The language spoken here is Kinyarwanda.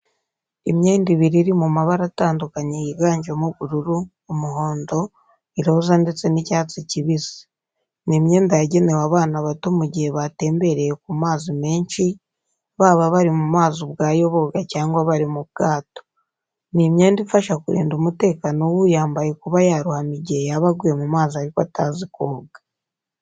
Imyenda ibiri iri mu mabara atandukanye yiganjemo ubururu, umuhondo, iroza ndetse n'icyatsi kibisi. Ni imyenda yagenewe abana bato mu gihe batembereye ku mazi menshi, baba bari mu mazi ubwayo boga cyangwa bari mu bwato. Ni imyenda ifasha kurinda umutekano w'uyambaye kuba yarohama igiye yaba aguye mu mazi ariko atazi koga.